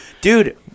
Dude